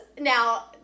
now